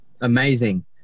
amazing